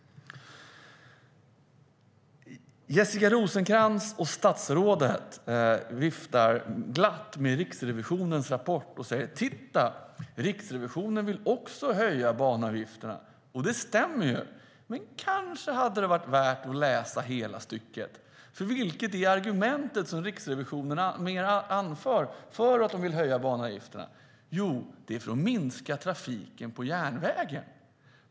Jessica Rosencrantz och statsrådet viftar glatt med Riksrevisionens rapport och säger: Titta, Riksrevisionen vill också att man höjer banavgifterna. Det stämmer ju. Men kanske hade det varit värt att läsa hela stycket. Vad är det som Riksrevisionen anför som argument för att höja banavgifterna? Jo, det är för att minska trafiken på järnvägen.